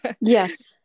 Yes